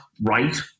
right